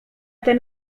ten